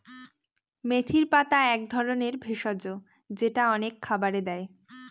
মেথির পাতা এক ধরনের ভেষজ যেটা অনেক খাবারে দেয়